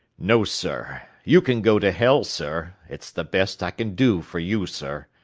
no, sir. you can go to hell, sir. it's the best i can do for you, sir.